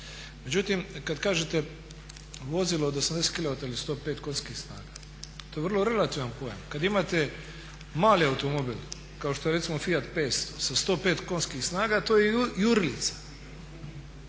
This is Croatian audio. Međutim, kad kažete vozilo od 80 kilovata ili 105 konjskih snaga to je vrlo relativan pojam. Kad imate mali automobil kao što je recimo Fiat 500 sa 105 konjskih snaga to je jurilica.